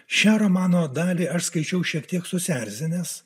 šią romano dalį aš skaičiau šiek tiek susierzinęs